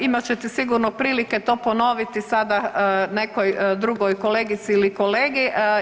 Imat ćete sigurno prilike to ponoviti sada nekoj drugoj kolegici ili kolegi.